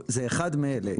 זה אחד מאלה,